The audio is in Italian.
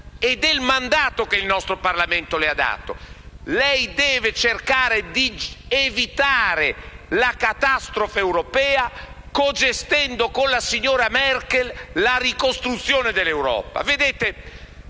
e del mandato che il nostro Parlamento le ha dato: deve cercare di evitare la catastrofe europea, cogestendo con la signora Merkel la ricostruzione dell'Europa.